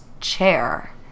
chair